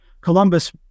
Columbus